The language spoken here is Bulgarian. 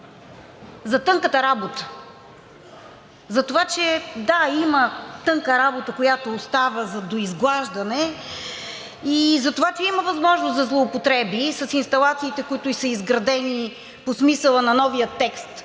„за тънката работа“. За това, че, да, има тънка работа, която остава за доизглаждане и за това, че има възможност за злоупотреби с инсталациите, които са изградени по смисъла на новия текст,